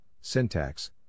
syntax